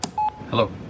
hello